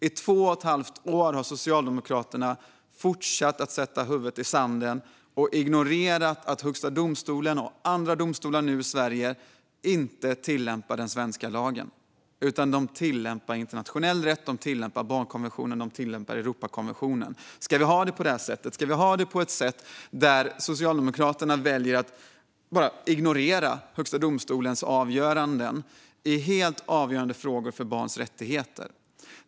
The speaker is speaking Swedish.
I två och ett halvt år har Socialdemokraterna fortsatt att sticka huvudet i sanden och ignorera att Högsta domstolen och andra domstolar i Sverige inte tillämpar svensk lag, utan de tillämpar internationell rätt. De tillämpar barnkonventionen och Europakonventionen. Ska vi ha det på detta sätt? Ska Socialdemokraterna välja att bara ignorera Högsta domstolens avgöranden i frågor som är helt grundläggande för barns rättigheter?